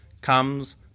comes